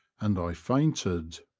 and i fainted.